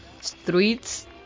streets